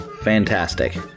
Fantastic